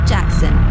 Jackson